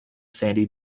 sandy